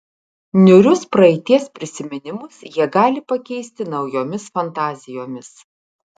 niūrius praeities prisiminimus jie gali pakeisti naujomis fantazijomis